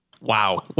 Wow